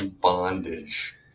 bondage